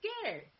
scared